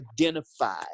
identify